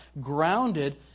grounded